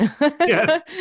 Yes